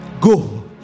go